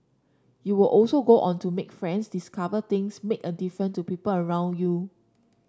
you will also go on to make friends discover things make a difference to people around you